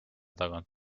tagant